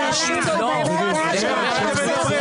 --- איפה ההסתה?